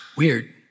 Weird